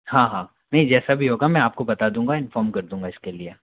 हाँ हाँ नहीं जैसा भी होगा मैं आपको बता दूँगा इन्फॉर्म कर दूँगा इसके लिए